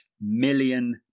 million